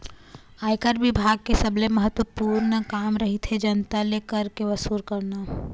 आयकर बिभाग के सबले महत्वपूर्न काम रहिथे जनता ले कर के वसूली करना